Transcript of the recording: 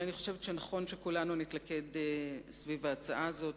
אבל אני חושבת שנכון שכולנו נתלכד סביב ההצעה הזאת